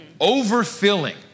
overfilling